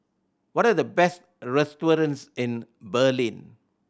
what are the best restaurants in Berlin